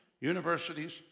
universities